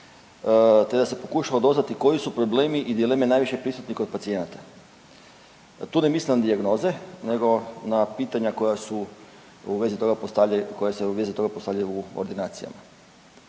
te da se pokušalo doznati koji su problemi i dileme najviše prisutni kod pacijenata. Tu ne mislim na dijagnoze nego na pitanja koja su u vezi toga postavljaju u ordinacijama.